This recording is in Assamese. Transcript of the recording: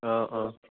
অঁ অঁ